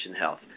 health